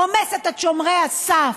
רומסת את שומרי הסף,